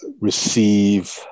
receive